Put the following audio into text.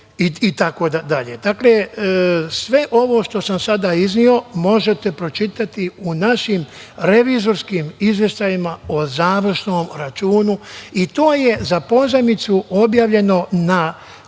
itd. Dakle, sve ovo što sam sada izneo možete pročitati u našim revizorskim izveštajima o završnom računu i to je za pozajmicu objavljeno na